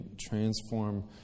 transform